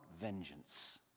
Vengeance